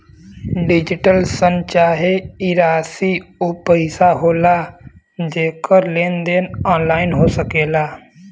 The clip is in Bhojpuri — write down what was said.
डिजिटल शन चाहे ई राशी ऊ पइसा होला जेकर लेन देन ऑनलाइन हो सकेला